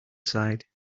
side